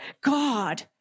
God